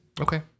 Okay